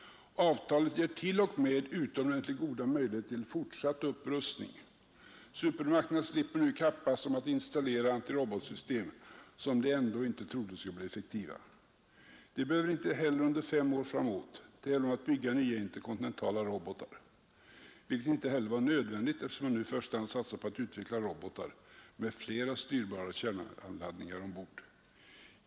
Avtalet ger till och med utomordentligt goda möjligheter till fortsatt upprustning. Supermakterna slipper nu kappas om att installera antirobotsystem — som de ändå inte trodde skulle bli effektiva. De behöver inte heller under fem år framåt tävla om att bygga nya interkontinentala robotar — vilket inte heller var nödvändigt, eftersom man nu i första hand satsar på att utveckla robotar med flera styrbara kärnladdningar ombord.